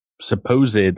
supposed